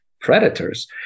predators